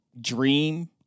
dream